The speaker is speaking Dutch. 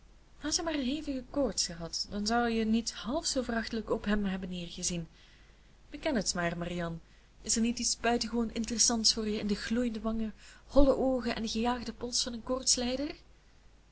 hij maar hevige koorts gehad dan zou je niet half zoo verachtelijk op hem hebben neergezien beken t maar marianne is er niet iets buitengewoon interessants voor je in de gloeiende wangen holle oogen en gejaagden pols van een